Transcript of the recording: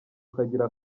ukagira